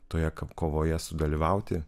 toje kovoje sudalyvauti